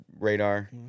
radar